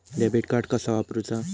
Debit card कसा वापरुचा?